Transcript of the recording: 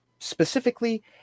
specifically